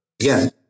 Again